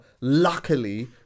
luckily